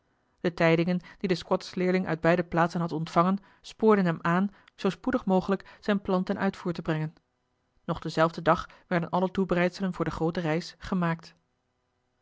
de tijdingen die de squattersleerling uit beide plaatsen had ontvangen spoorden hem aan zoo spoedig mogelijk zijn plan ten uitvoer te brengen nog denzelfden dag werden alle toebereidselen voor de groote reis gemaakt